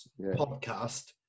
podcast